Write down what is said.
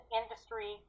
industry